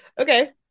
okay